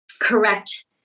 correct